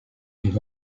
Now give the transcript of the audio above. get